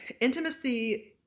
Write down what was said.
intimacy